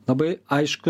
labai aišku